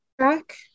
track